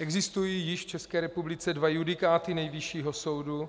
Existují již v České republice dva judikáty Nejvyššího soudu,